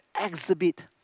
exhibit